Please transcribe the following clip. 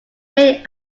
main